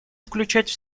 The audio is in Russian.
включать